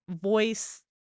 voice